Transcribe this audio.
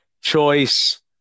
choice